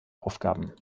aufgaben